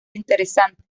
interesante